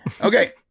Okay